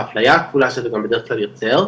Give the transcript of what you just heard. האפליה הכפולה שזה גם בדרך כלל יוצר,